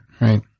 right